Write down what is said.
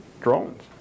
drones